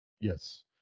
Yes